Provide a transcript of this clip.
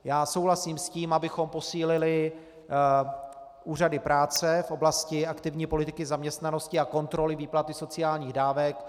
Já souhlasím s tím, abychom posílili úřady práce v oblasti aktivní politiky zaměstnanosti a kontroly výplaty sociálních dávek.